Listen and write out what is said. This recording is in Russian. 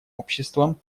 обществом